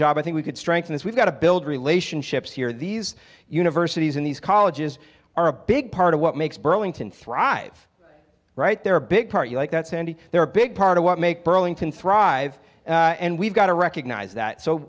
job i think we could strengthen this we've got to build relationships here these universities and these colleges are a big part of what makes burlington thrive right there a big part like that sandy they're a big part of what make burlington thrive and we've got to recognize that so